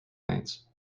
lanes